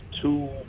two